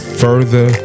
further